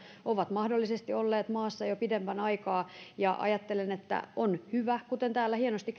ovat mahdollisesti olleet maassa jo pidemmän aikaa ja ajattelen että on hyvä kuten täällä hienosti